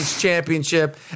Championship